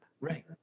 Right